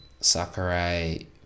Sakurai